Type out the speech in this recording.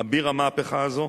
אביר המהפכה הזו.